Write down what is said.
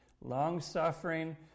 long-suffering